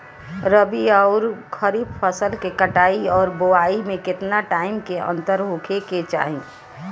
रबी आउर खरीफ फसल के कटाई और बोआई मे केतना टाइम के अंतर होखे के चाही?